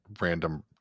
random